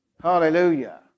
Hallelujah